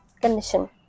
condition